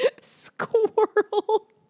Squirrel